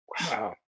Wow